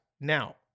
Now